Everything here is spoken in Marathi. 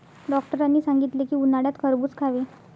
डॉक्टरांनी सांगितले की, उन्हाळ्यात खरबूज खावे